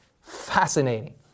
Fascinating